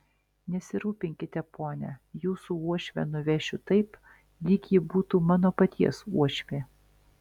nesirūpinkite pone jūsų uošvę nuvešiu taip lyg ji būtų mano paties uošvė